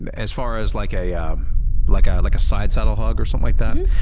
and as far as like a um like ah like side saddle hug or something like that,